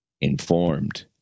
informed